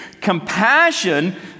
Compassion